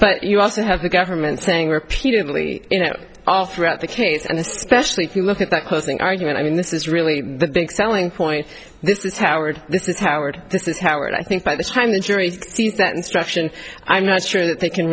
but you also have the government saying repeatedly you know all throughout the case and especially if you look at that closing argument i mean this is really the big selling point this is howard this is howard this is howard i think by this time a jury instruction i'm not sure that they can